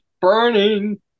burning